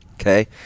Okay